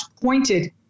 pointed